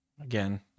Again